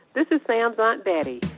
this is sam's aunt betty,